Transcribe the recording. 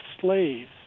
slaves